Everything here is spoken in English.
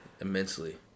Immensely